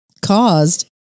caused